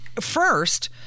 first